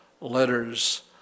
letters